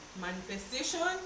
Manifestation